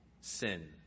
sin